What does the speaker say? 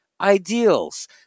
Ideals